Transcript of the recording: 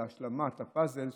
בהשלמת הפאזל,